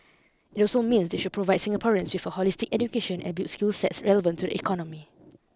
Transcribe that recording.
it also means they should provide Singaporeans with a holistic education and build skill sets relevant to the economy